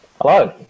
Hello